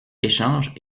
échange